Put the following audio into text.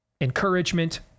encouragement